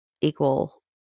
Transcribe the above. equal